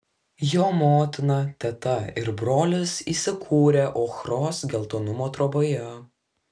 jo motina teta ir brolis įsikūrę ochros geltonumo troboje